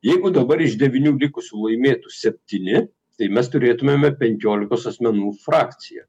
jeigu dabar iš devynių likusių laimėtų septyni tai mes turėtumėme penkiolikos asmenų frakciją